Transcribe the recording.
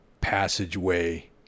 passageway